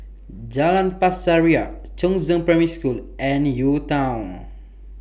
Jalan Pasir Ria Chongzheng Primary School and UTown